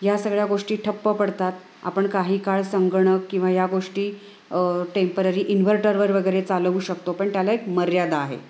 या सगळ्या गोष्टी ठप्प पडतात आपण काही काळ संगणक किंवा या गोष्टी टेम्पररी इन्वर्टरवर वगैरे चालवू शकतो पण त्याला एक मर्यादा आहे